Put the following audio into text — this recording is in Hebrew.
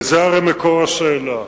וזה הרי מקור השאלה.